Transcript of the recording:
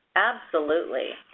absolutely.